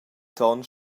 ton